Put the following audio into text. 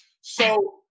So-